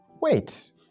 Wait